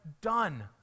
done